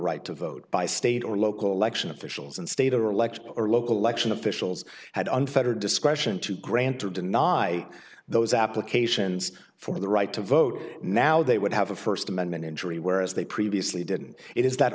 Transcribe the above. right to vote by state or local election of the and state or election or local election officials had unfettered discretion to grant or deny those applications for the right to vote now they would have a first amendment injury where as they previously didn't it is that